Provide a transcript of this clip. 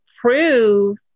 prove